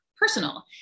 personal